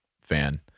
fan